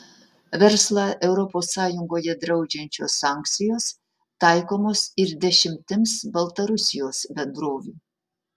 verslą europos sąjungoje draudžiančios sankcijos taikomos ir dešimtims baltarusijos bendrovių